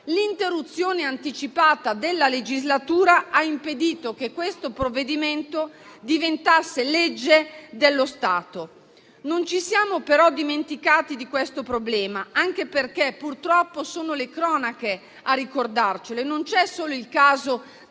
L'interruzione anticipata della legislatura ha impedito che questo provvedimento diventasse legge dello Stato. Non ci siamo però dimenticati del problema, anche perché purtroppo sono le cronache a ricordarcelo e non c'è solo il caso